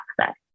access